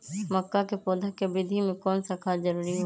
मक्का के पौधा के वृद्धि में कौन सा खाद जरूरी होगा?